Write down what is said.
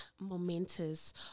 Momentous